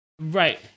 Right